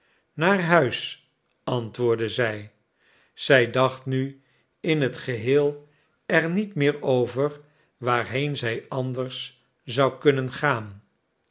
naar huis antwoordde zij zij dacht nu in het geheel er niet meer over waarheen zij anders zou kunnen gaan